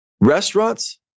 Restaurants